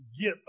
get